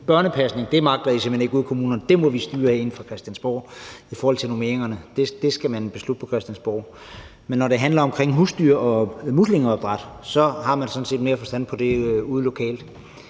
Børnepasning magter I simpelt hen ikke ude i kommunerne; det må vi styre herinde fra Christiansborg; det skal man beslutte på Christiansborg. Men når det handler om husdyrbrug og muslingeopdræt, har man sådan set mere forstand på det ude lokalt.